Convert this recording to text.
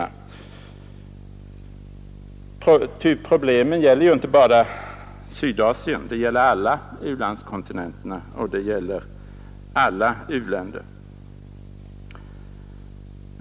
Problemen gäller ju inte bara Sydasien utan alla u-landskontinenterna och alla u-länder.